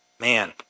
Man